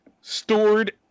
stored